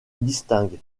distingue